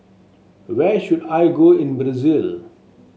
where should I go in Brazil